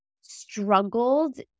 struggled